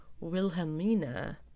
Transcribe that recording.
Wilhelmina